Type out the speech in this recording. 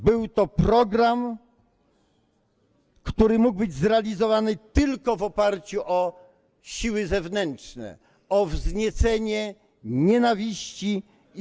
Był to program, który mógł być zrealizowany tylko w oparciu o siły zewnętrzne, o wzniecenie nienawiści i